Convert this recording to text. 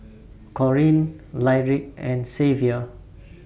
Collin Lyric and Xavier